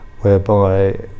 whereby